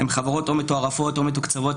הן חברות או מתוערפות או מתוקצבות.